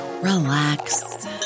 relax